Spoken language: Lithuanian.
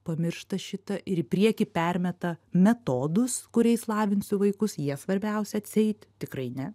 pamiršta šitą ir į priekį permeta metodus kuriais lavinsiu vaikus jie svarbiausia atseit tikrai ne